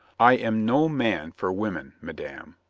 i am no man for women, madame,